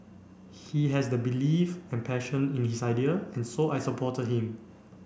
he has the belief and passion in his idea and so I supported him